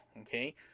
okay